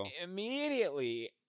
Immediately